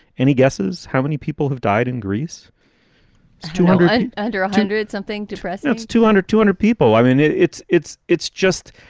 any guesses how many people have died in greece to ah like and do something depressing? that's two hundred two hundred people. i mean, it's it's it's just,